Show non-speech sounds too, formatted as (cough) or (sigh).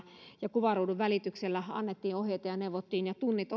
kuvaruudun välityksellä annettiin ohjeita ja neuvottiin ja tunnit (unintelligible)